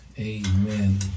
Amen